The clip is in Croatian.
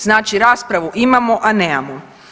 Znači raspravu imamo, a nemamo.